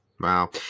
Wow